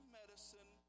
medicine